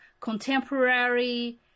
contemporary